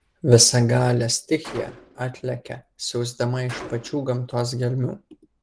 visagalė stichija atlekia siausdama iš pačių gamtos gelmių